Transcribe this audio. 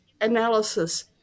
analysis